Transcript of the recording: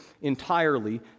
entirely